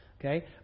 Okay